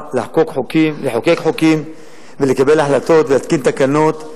לחוקק חוקים ולקבל החלטות ולהתקין תקנות,